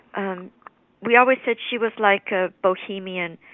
um we always said she was like a bohemian.